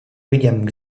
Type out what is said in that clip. william